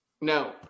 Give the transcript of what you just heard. No